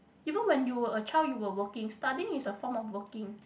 even when you were a child you were working studying is a form of working